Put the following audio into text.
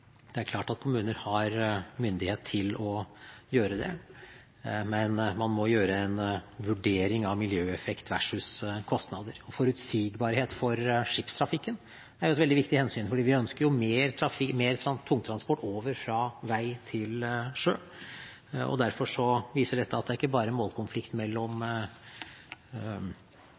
det er klart at kommuner har myndighet til å gjøre det, men man må gjøre en vurdering av miljøeffekt versus kostnader. Forutsigbarhet for skipstrafikken er jo et veldig viktig hensyn, for vi ønsker mer tungtransport over fra vei til sjø, og derfor viser dette at det ikke bare er målkonflikt mellom